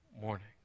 morning